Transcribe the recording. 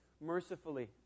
mercifully